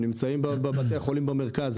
נמצאים בבתי החולים במרכז,